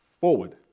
forward